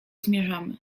zmierzamy